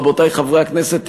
רבותי חברי הכנסת,